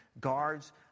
guards